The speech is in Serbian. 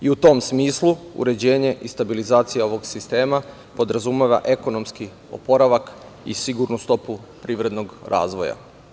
U tom smislu, uređenje i stabilizacija ovog sistema podrazumeva ekonomski oporavak i sigurnu stopu privrednog razvoja.